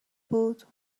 بود